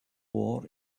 war